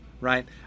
right